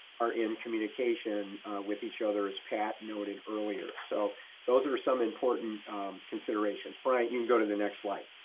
are in communication with each other as pat noted earlier. so those are some important considerations. bryant, you can go to the next slide.